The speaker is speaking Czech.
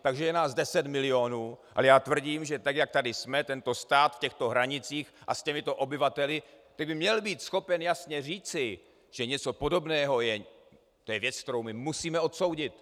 Takže je nás deset milionů, ale já tvrdím, že tak, jak tady jsme tento stát v těchto hranicích a s těmito obyvateli, že by měl být schopen jasně říci, že něco podobného je věc, kterou my musíme odsoudit.